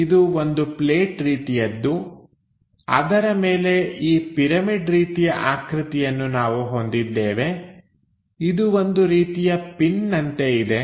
ಇದು ಒಂದು ಪ್ಲೇಟ್ ರೀತಿಯದ್ದು ಅದರ ಮೇಲೆ ಈ ಪಿರಮಿಡ್ ರೀತಿಯ ಆಕೃತಿಯನ್ನು ನಾವು ಹೊಂದಿದ್ದೇವೆ ಇದು ಒಂದು ರೀತಿಯ ಪಿನ್ನಿನಂತೆ ಇದೆ